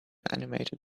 animated